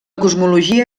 cosmologia